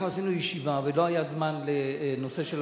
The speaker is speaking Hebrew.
אנחנו עשינו ישיבה ולא היה זמן לנושא של